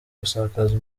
gusakaza